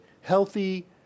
healthy